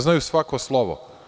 Znaju svako slovo.